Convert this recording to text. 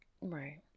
right